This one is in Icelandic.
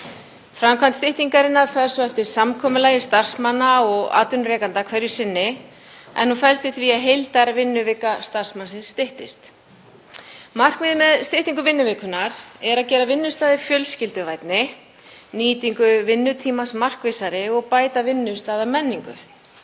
Framkvæmd styttingarinnar fer síðan eftir samkomulagi starfsmanna og atvinnurekanda hverju sinni, en hún felst í því að heildarvinnuvika starfsmannsins styttist. Markmiðið með styttingu vinnuvikunnar er að gera vinnustaðinn fjölskylduvænni, nýtingu vinnutímans markvissari og bæta vinnustaðamenningu.